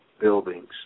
Buildings